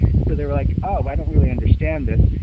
and so they were like, oh, i don't really understand this.